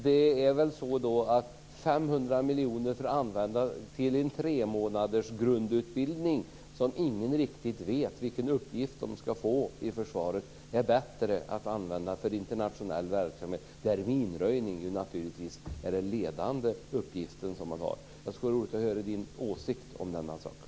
Det är väl så att 500 miljoner till en tre månaders grundutbildning - där ingen riktigt vet vilken uppgift de utbildade ska få i försvaret - får en bättre användning i internationell verksamhet där minröjning naturligtvis är den ledande uppgiften. Det skulle vara roligt att höra Berndt Sköldestigs åsikt om den saken.